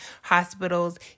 hospitals